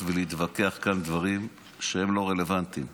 ולהתווכח כאן על דברים לא רלוונטיים,